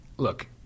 Look